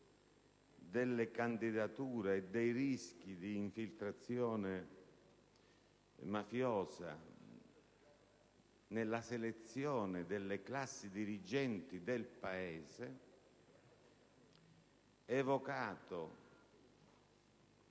delle candidature e dei rischi di infiltrazione mafiosa nella selezione delle classi dirigenti del Paese, evocato